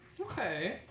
Okay